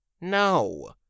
no